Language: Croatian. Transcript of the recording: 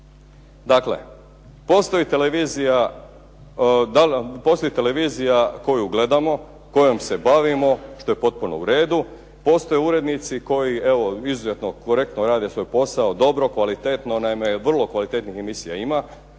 Dakle, postoji televizija koju gledamo, kojom se bavimo, što je potpuno uredu. Postoje urednici koji izuzetno korektno rade svoj posao dobro, kvalitetno. Naime, vrlo kvalitetnih emisija ima,